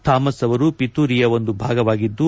Thomas ಅವರು ಪಿತೂರಿಯ ಒಂದು ಭಾಗವಾಗಿದ್ದು